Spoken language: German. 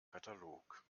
katalog